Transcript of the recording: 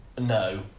No